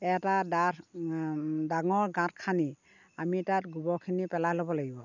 এটা ডাঠ ডাঙৰ গাঁত খান্দি আমি তাত গোবৰখিনি পেলাই ল'ব লাগিব